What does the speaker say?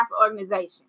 organization